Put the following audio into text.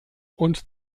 und